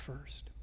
first